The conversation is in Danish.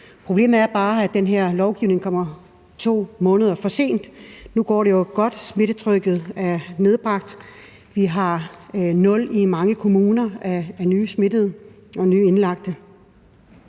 Problemet er bare, at den her lovgivning kommer 2 måneder for sent. Nu går det jo godt. Smittetrykket er nedbragt. I mange kommuner har vi nul nye smittede og nyindlagte.